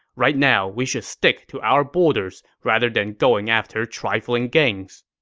right now, we should stick to our borders rather than going after trifling gains.